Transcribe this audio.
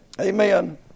Amen